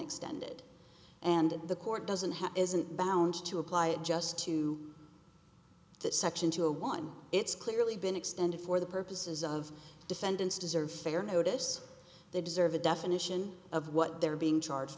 extended and the court doesn't have isn't bound to apply it just to that section two a one it's clearly been extended for the purposes of defendants deserve fair notice they deserve a definition of what they're being charged